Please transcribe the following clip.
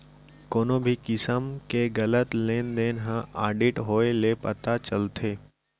कोनो भी किसम के गलत लेन देन ह आडिट होए ले पता चलथे